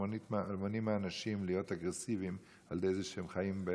שמונעים מאנשים להיות אגרסיביים על ידי זה שהם חיים,